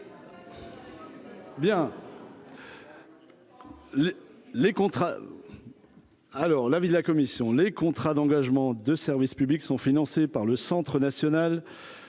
alors l'avis de la commission, les contrats d'engagement de service public sont financés par le Centre national